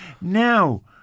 now